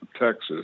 Texas